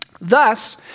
Thus